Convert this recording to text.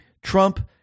Trump